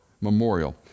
memorial